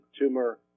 tumor